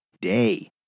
day